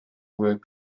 work